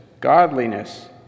godliness